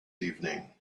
evening